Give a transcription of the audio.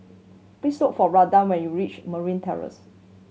please look for Randal when you reach Marine Terrace